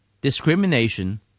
Discrimination